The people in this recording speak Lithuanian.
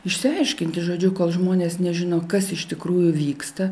išsiaiškinti žodžiu kol žmonės nežino kas iš tikrųjų vyksta